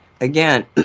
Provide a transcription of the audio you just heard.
again